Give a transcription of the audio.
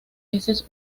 heces